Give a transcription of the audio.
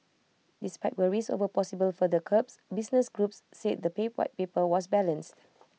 despite worries over possible further curbs business groups said the White Paper was balanced